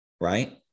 right